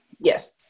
Yes